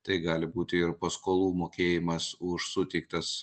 tai gali būti ir paskolų mokėjimas už suteiktas